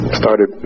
started